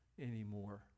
anymore